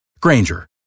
Granger